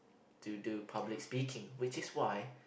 to do public speaking which is why